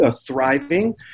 thriving